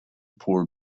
poor